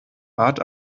bat